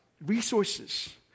resources